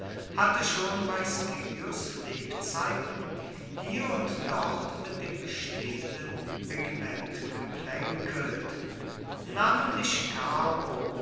hatte schon bei scipios lebzeiten hier und dort mit dem bestehenden regiment geplänkelt namentlich carbo